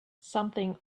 something